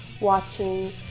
watching